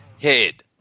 head